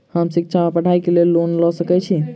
हम शिक्षा वा पढ़ाई केँ लेल लोन लऽ सकै छी?